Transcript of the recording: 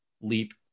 leap